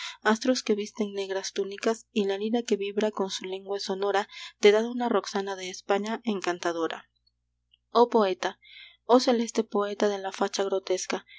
astros que visten negras túnicas y la lira que vibra en su lengua sonora te dan una roxana de españa encantadora oh poeta oh celeste poeta de la facha grotesca